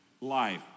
life